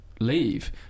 leave